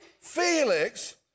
Felix